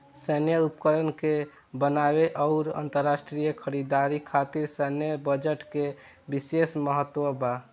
सैन्य उपकरण के बनावे आउर अंतरराष्ट्रीय खरीदारी खातिर सैन्य बजट के बिशेस महत्व बा